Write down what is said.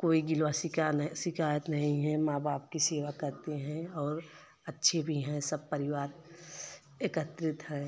कोई गिलवा शिकवा शिकायत नहीं है माँ बाप की सेवा करते हैं और अच्छे भी है सब परिवार एकत्रित है